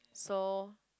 so